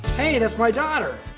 hey that's my daughter!